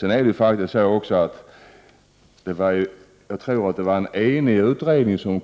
Jag tror att det var en enig utredning som